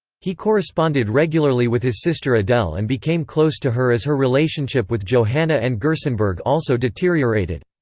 he corresponded regularly with his sister adele and became close to her as her relationship with johanna and gerstenbergk also deteriorated.